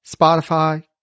Spotify